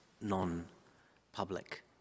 non-public